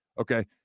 Okay